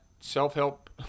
self-help